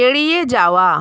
এড়িয়ে যাওয়া